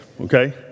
okay